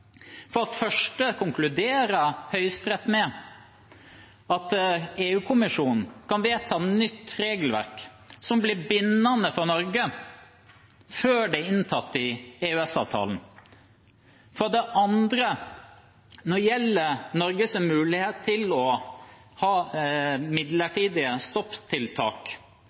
For det første konkluderer Høyesterett med at EU-kommisjonen kan vedta nytt regelverk som blir bindende for Norge før det er inntatt i EØS-avtalen. For det andre, når det gjelder Norges mulighet til å ha midlertidige